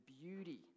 beauty